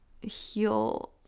heal